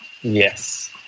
Yes